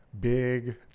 big